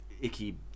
icky